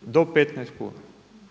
do 15 kuna